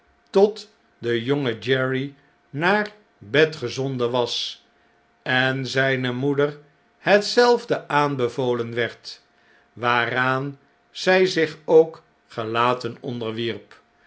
tot de jonge jerry naar bed gezonden was en zijne moeder hetzelfde aanbevolen werd waaraan zij zich ook gelaten onderwierp